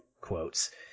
quotes